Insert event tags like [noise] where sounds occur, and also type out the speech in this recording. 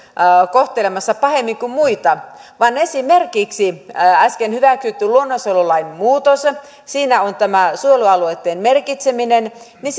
kohtelemassa pahemmin kuin muita vaan kun esimerkiksi äsken on hyväksytty luonnonsuojelulain muutos ja siinä on tämä suojelualueitten merkitseminen niin [unintelligible]